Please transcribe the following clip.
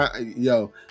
yo